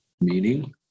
meaning